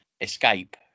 escape